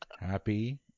Happy